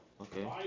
okay